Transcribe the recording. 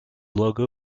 logo